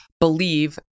believe